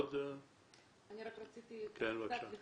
רציתי קצת לחדד.